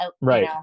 right